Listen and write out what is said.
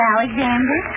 Alexander